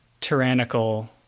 tyrannical